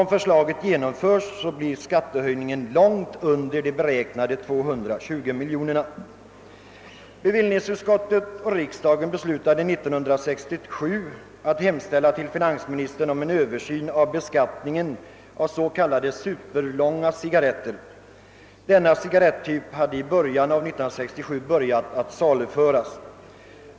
Om förslaget genomförs, stannar skatteökningen långt under beräknade 220 miljoner kronor. Riksdagen beslutade år 1967 på förslag av bevillningsutskottet att hemställa hos finansministern om en översyn av beskattningen av s.k. superlånga cigarretter. Denna cigarrettyp hade under förra delen av år 1967 börjat saluföras.